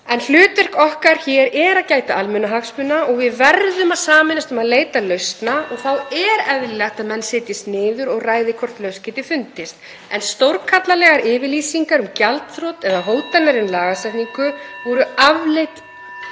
En hlutverk okkar hér er að gæta almannahagsmuna og við verðum að sameinast um að leita lausna (Forseti hringir.) og þá er eðlilegt að menn setjist niður og ræði hvort lausn geti fundist en stórkarlalegar yfirlýsingar um gjaldþrot eða hótanir um lagasetningu voru afleit